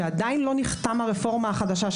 כשעדיין לא נחתמה הרפורמה החדשה,